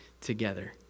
together